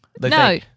No